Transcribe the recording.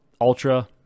ultra